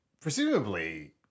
presumably